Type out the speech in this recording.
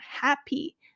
Happy